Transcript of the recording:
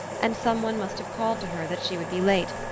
and some one must have called to her that she would be late,